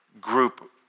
group